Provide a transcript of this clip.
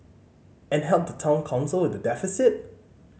and help the Town Council with the deficit